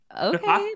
okay